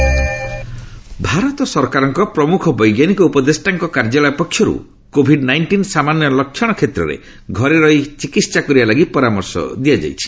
Covid ପରାମର୍ଶ ଭାରତ ସରକାରଙ୍କ ପ୍ରମୁଖ ବୈଜ୍ଞାନିକ ଉପଦେଷ୍ଟାଙ୍କ କାର୍ଯ୍ୟାଳୟ ପକ୍ଷରୁ କୋଭିଡ୍ ନାଇଷ୍ଟିନ୍ ସାମାନ୍ୟ ଲକ୍ଷଣ କ୍ଷେତ୍ରରେ ଘରେ ରହି ଚିକିତ୍ସା କରିବା ଲାଗି ପରାମର୍ଶ ଦିଆଯାଇଛି